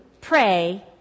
pray